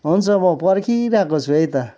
हुन्छ म पर्खिरहेको छु है त